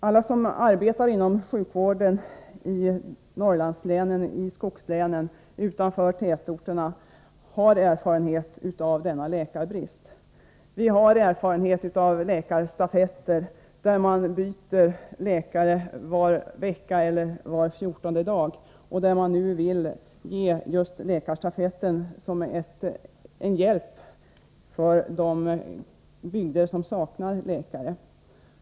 Alla som arbetar inom sjukvården i Norrlandslänen och skogslänen utanför tätorterna har erfarenhet äv läkarbristen. Vi har erfarenhet av läkarstafetter, där man byter läkare var vecka eller var fjortonde dag. Man vill nu införa läkarstafetter som en hjälp till de bygder som saknar läkare.